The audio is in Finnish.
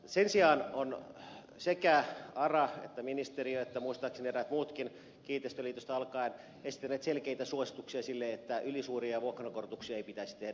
sen sijaan ovat sekä ara ja ministeriö että muistaakseni eräät muutkin kiinteistöliitosta alkaen esittäneet selkeitä suosituksia sille että ylisuuria vuokrankorotuksia ei pitäisi tehdä